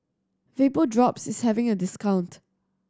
Vapodrops is having a discount